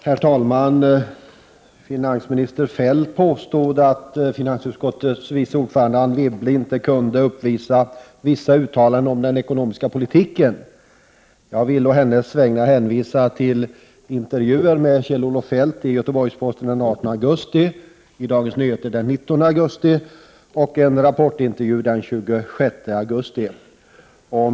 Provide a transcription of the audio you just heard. Herr talman! Finansminister Kjell-Olof Feldt påstod att finansutskottets vice ordförande Anne Wibble inte kunde visa på vissa uttalanden om den ekonomiska politiken. Jag vill å hennes vägnar hänvisa till intervjuer med Kjell-Olof Feldt i Göteborgs-Posten den 18 augusti, i Dagens Nyheter den 19 augusti och i en Rapportintervju den 26 augusti.